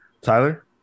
Tyler